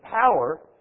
power